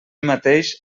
mateix